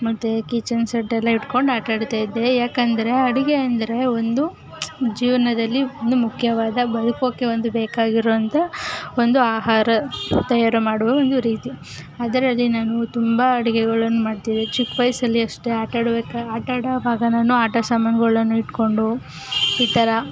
ಮತ್ತು ಕಿಚನ್ ಸೆಟ್ಟೆಲ್ಲ ಇಟ್ಕೊಂಡು ಆಟಾಡ್ತಾಯಿದ್ದೆ ಯಾಕೆಂದರೆ ಅಡುಗೆ ಅಂದರೆ ಒಂದು ಜೀವನದಲ್ಲಿ ಒಂದು ಮುಖ್ಯವಾದ ಬದುಕೋಕೆ ಒಂದು ಬೇಕಾಗಿರುವಂಥ ಒಂದು ಆಹಾರ ತಯಾರು ಮಾಡುವ ಒಂದು ರೀತಿ ಅದರಲ್ಲಿ ನಾನು ತುಂಬ ಅಡುಗೆಗಳನ್ನು ಮಾಡ್ತಿದ್ದೆ ಚಿಕ್ಕ ವಯಸ್ಸಲ್ಲೂ ಅಷ್ಟೇ ಆಟಾಡಬೇಕಾದ್ರೆ ಆಟಾಡುವಾಗ ನಾನು ಆಟ ಸಾಮಾನುಗಳನ್ನು ಇಟ್ಕೊಂಡು ಈ ಥರ